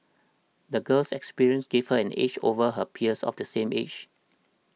the girl's experiences gave her an edge over her peers of the same age